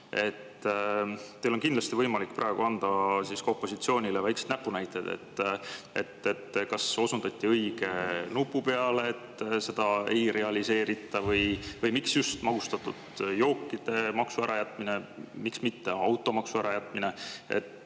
Teil on kindlasti võimalik praegu anda opositsioonile väikeseid näpunäiteid, et kas [suruti] õige nupu peale, kui nüüd seda [maksu] ei realiseerita. Miks just magustatud jookide maksu ärajätmine, miks mitte automaksu ärajätmine?